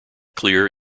clear